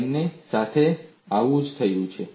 તેમની સાથે આવું જ થયું છે